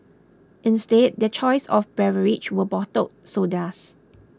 instead their choice of beverage were bottled sodas